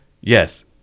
yes